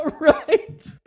right